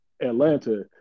Atlanta